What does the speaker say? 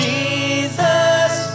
Jesus